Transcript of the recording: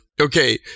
Okay